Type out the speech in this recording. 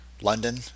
London